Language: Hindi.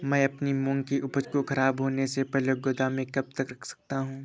मैं अपनी मूंग की उपज को ख़राब होने से पहले गोदाम में कब तक रख सकता हूँ?